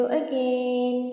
again